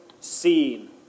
seen